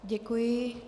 Děkuji.